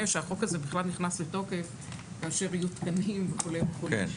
שהחוק הזה בכלל נכנס לתוקף כאשר יהיו תקנים וכולי וכולי.